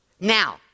Now